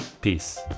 Peace